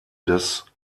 des